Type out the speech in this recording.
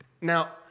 Now